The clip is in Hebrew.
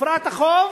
תפרע את החוב,